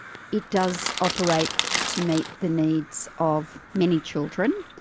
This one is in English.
it does operate to meet the needs of many children,